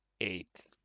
eight